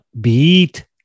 beat